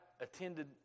attended